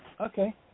Okay